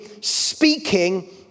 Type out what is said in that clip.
speaking